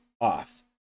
off